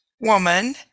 woman